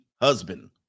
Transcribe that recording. husband